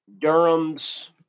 Durham's